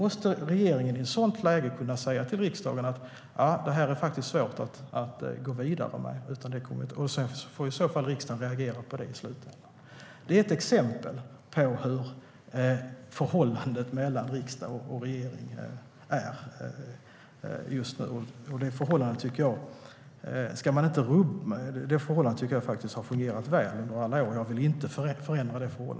I ett sådant läge måste regeringen kunna säga till riksdagen att det är svårt att gå vidare. Sedan är det upp till riksdagen att reagera på det. Det är ett exempel på hur förhållandet mellan riksdag och regering är. Det förhållandet har fungerat väl under alla år, och jag vill inte förändra det.